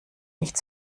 nicht